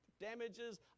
damages